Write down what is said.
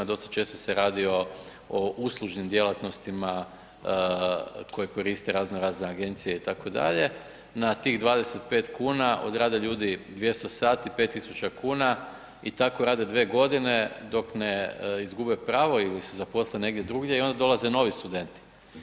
Dosta često se radi o uslužnim djelatnostima koje koriste raznorazne agencije itd., na tih 25 kuna odrade ljudi 200 sati 5.000 kuna i tako rade dvije godine dok ne izgube pravo ili se zaposle negdje drugdje i onda dolaze novi studenti.